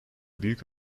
büyük